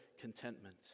contentment